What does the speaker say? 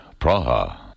Praha